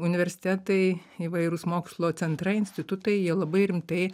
universitetai įvairūs mokslo centrai institutai jie labai rimtai